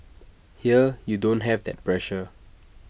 here you don't have that pressure